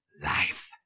life